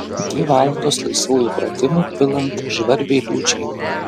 dvi valandos laisvųjų pratimų pilant žvarbiai liūčiai